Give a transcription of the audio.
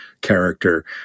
character